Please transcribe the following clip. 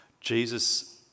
Jesus